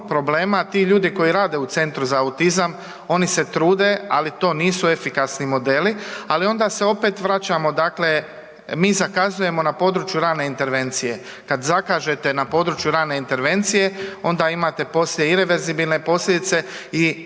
Ti ljudi koji rade u centru za autizam oni se trude, ali to nisu efikasni modeli, ali onda se opet vraćamo, dakle mi zakazujemo na području rane intervencije. Kad zakažete na području rane intervencije onda imate poslije ireverzibilne posljedice i